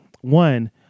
One